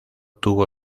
tuvo